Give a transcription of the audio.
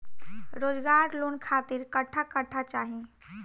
रोजगार लोन खातिर कट्ठा कट्ठा चाहीं?